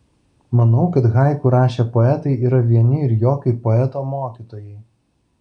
manau kad haiku rašę poetai yra vieni ir jo kaip poeto mokytojai